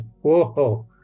whoa